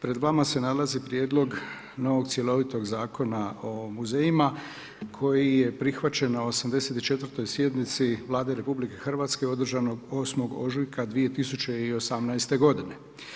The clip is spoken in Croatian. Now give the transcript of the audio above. Pred vama se nalazi prijedlog novog cjelovitog Zakona o muzejima koji je prihvaćen na 84. sjednici Vlade RH održanog 8. ožujka 2018. godine.